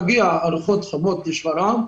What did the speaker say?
מגיעות ארוחות חמות לשפרעם,